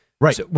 Right